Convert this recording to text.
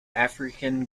african